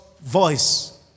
voice